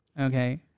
Okay